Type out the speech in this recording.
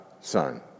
son